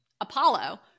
Apollo